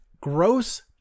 gross